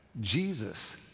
Jesus